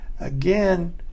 again